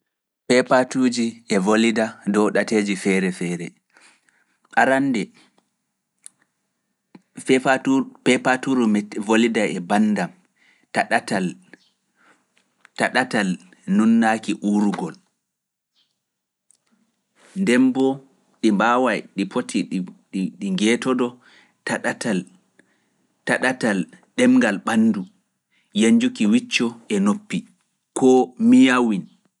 Peepatuuji e volida dow ɗateeji feere feere. Arannde, peepatuuji volida e banndam taɗatal nunnaki urgol nden bo ɗi poti di ngeetoɗo ta ɗatal yenjal ɓandu, yenjuki wicco e noppi, koo mi yawin.